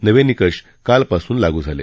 नवे निकष कालपासून लागू झाले